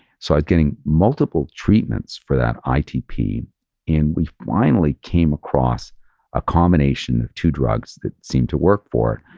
so i was getting multiple treatments for that itp and we finally came across a combination of two drugs that seemed to work for,